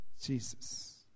Jesus